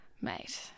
mate